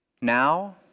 Now